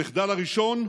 המחדל הראשון,